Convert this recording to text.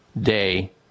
day